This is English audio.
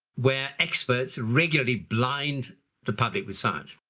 where experts regularly blind the public with science.